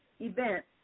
event